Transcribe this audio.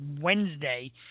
Wednesday